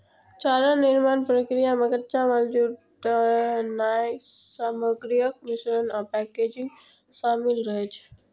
चारा निर्माण प्रक्रिया मे कच्चा माल जुटेनाय, सामग्रीक मिश्रण आ पैकेजिंग शामिल रहै छै